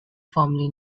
formally